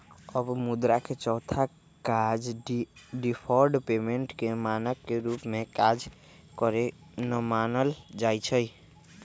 अब मुद्रा के चौथा काज डिफर्ड पेमेंट के मानक के रूप में काज करेके न मानल जाइ छइ